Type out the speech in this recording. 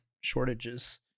shortages